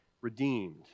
redeemed